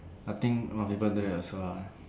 I think most people there as well ah